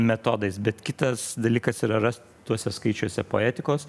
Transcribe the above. metodais bet kitas dalykas yra rast tuose skaičiuose poetikos